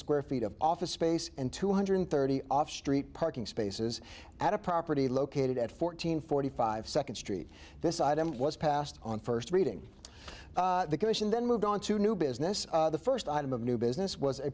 square feet of office space and two hundred thirty off street parking spaces at a property located at fourteen forty five second street this item was passed on first reading the commission then moved on to new business the first item of new business was a